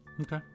Okay